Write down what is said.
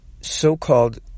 so-called